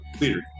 leader